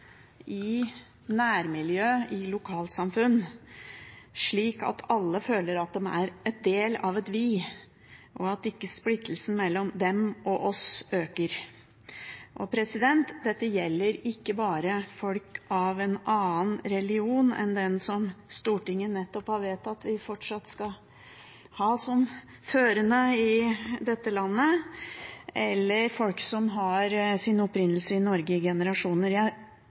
i nærmiljø og lokalsamfunn, slik at alle føler at de er en del av et «vi», og at ikke splittelsen mellom dem og oss øker. Dette gjelder ikke bare folk med en annen religion enn den som Stortinget nettopp har vedtatt at vi fortsatt skal ha som førende i dette landet, eller folk som har sin opprinnelse i Norge i generasjoner. Jeg